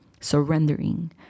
surrendering